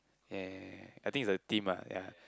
yeah I think it's a theme lah ya